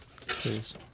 Please